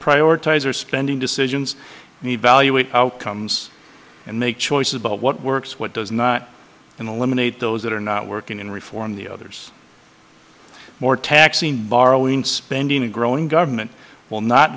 prioritize are spending decisions need valuate outcomes and make choices about what works what does not in the lemonade those that are not working in reform the others more taxing borrowing spending and growing government will not